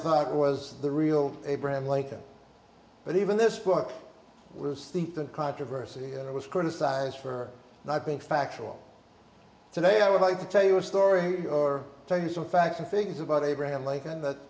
thought was the real abraham lincoln but even this book was think the controversy it was criticized for not being factual today i would like to tell you a story or tell you some facts and figures about abraham lincoln that